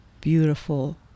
beautiful